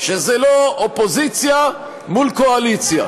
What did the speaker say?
שזה לא אופוזיציה מול קואליציה.